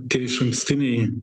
tie išankstiniai